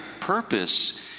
purpose